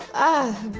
ah,